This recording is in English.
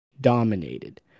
Dominated